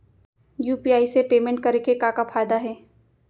UPI से payment करे के का का फायदा हे?